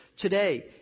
today